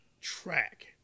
track